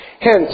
Hence